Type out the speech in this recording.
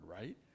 right